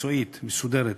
מקצועית מסודרת